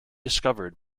discovered